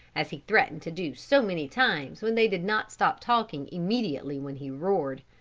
as he threatened to do so many times when they did not stop talking immediately when he roared.